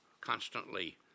constantly